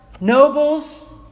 nobles